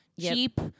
Cheap